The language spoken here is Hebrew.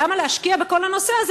למה להשקיע בכל הנושא הזה,